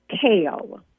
kale